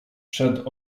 przed